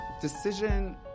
decision